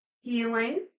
healing